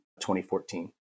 2014